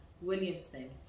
Williamson